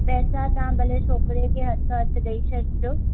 पैसा तव्हां भले छोकिरे जे हथो हथु ॾेई छॾिजो